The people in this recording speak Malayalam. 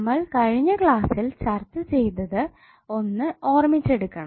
നമ്മൾ കഴിഞ്ഞ ക്ലാസ്സിൽ ചർച്ചചെയ്തത് ഒന്ന് ഓർമിച്ചെടുക്കണം